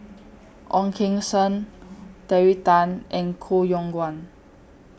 Ong Keng Sen Terry Tan and Koh Yong Guan